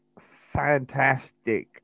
fantastic